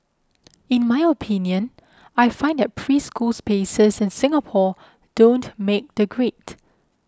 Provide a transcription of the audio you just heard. in my opinion I find that preschool spaces in Singapore don't make the grade